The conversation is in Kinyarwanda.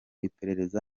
iperereza